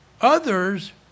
Others